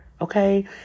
okay